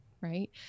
right